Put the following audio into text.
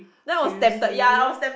seriously